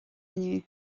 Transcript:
inniu